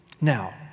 Now